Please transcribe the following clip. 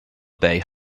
bay